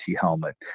helmet